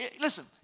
Listen